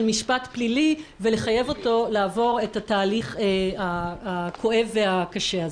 משפט פלילי ולחייב אותו לעבור את התהליך הכואב והקשה הזה.